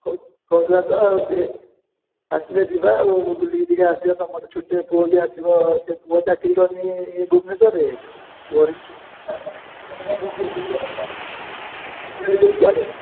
କହୁଥିଲା ତ ଆଉ ସିଏ ଆସିଲେ ଯିବା ଆଉ ବୁଲିକି ଟିକେ ଆସିବା ସମସ୍ତେ ଛୁଟି ପୁଅ ବି ଆସିବ ସେ ପୁଅ ଚାକିରି କରିନି ଭୁବନେଶ୍ୱରରେ ପୁଅର ବି ଛୁଟି ମିଳିଲା ଏକାଥରେକି ବୁଲିକି ଆସିବା ଆଉ କୁଆଡ଼େ